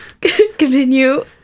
Continue